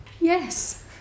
Yes